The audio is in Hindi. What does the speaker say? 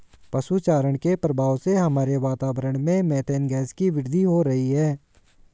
पशु चारण के प्रभाव से हमारे वातावरण में मेथेन गैस की वृद्धि हो रही है